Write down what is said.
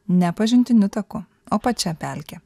ne pažintiniu taku o pačia pelke